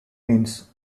means